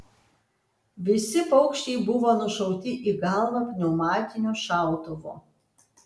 visi paukščiai buvo nušauti į galvą pneumatiniu šautuvu